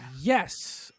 yes